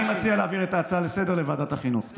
אני מציע להעביר את ההצעה לסדר-היום לוועדת החינוך.